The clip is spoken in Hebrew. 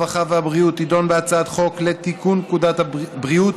הרווחה והבריאות תדון בהצעת חוק לתיקון פקודת בריאות